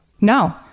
No